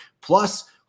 Plus